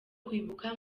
kwibuka